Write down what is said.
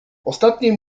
ostatnie